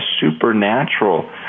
supernatural